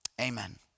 Amen